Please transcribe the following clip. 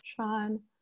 Sean